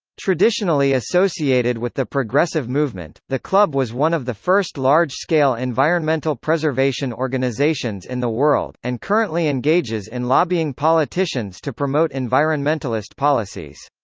traditionally associated associated with the progressive movement, the club was one of the first large-scale environmental preservation organizations in the world, and currently engages in lobbying politicians to promote environmentalist policies.